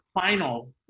final